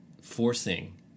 forcing